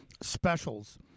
specials